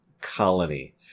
colony